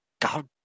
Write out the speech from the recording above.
God